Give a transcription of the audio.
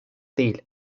değil